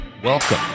Welcome